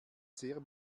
sehr